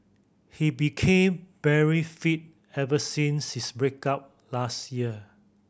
he became very fit ever since his break up last year